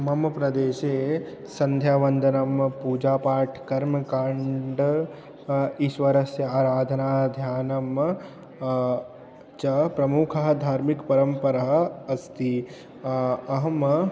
मम प्रदेशे सन्ध्यावन्दनं पूजापाठः कर्मकाण्डम् ईश्वरस्य आराधना ध्यानं च प्रमुखः धार्मिकपरम्परा अस्ति अहम्